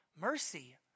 mercy